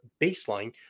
baseline